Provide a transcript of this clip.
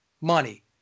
money